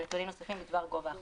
על נתונים נוספים בדבר גובה החוב."